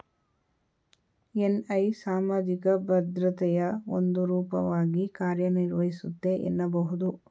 NI ಸಾಮಾಜಿಕ ಭದ್ರತೆಯ ಒಂದು ರೂಪವಾಗಿ ಕಾರ್ಯನಿರ್ವಹಿಸುತ್ತೆ ಎನ್ನಬಹುದು